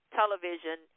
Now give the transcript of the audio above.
television